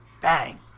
Bang